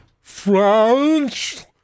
French